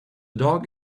dog